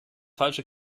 falsche